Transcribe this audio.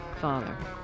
father